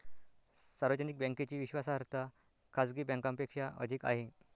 सार्वजनिक बँकेची विश्वासार्हता खाजगी बँकांपेक्षा अधिक आहे